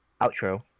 Outro